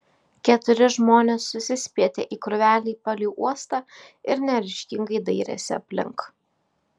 keturi žmonės susispietė į krūvelę palei uostą ir neryžtingai dairėsi aplink